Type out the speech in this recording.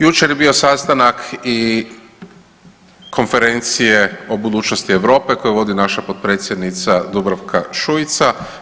Jučer je bio sastanak i konferencije o budućnosti Europe koji vodi naša potpredsjednica Dubravka Šuica.